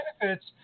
benefits